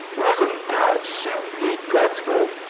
wasn't that simply dreadful!